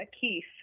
Keith